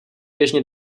běžně